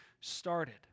started